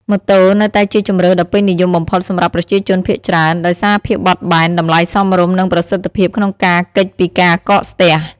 ម៉ូតូ នៅតែជាជម្រើសដ៏ពេញនិយមបំផុតសម្រាប់ប្រជាជនភាគច្រើន ដោយសារភាពបត់បែន តម្លៃសមរម្យ និងប្រសិទ្ធភាពក្នុងការគេចពីការកកស្ទះ។